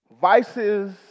vices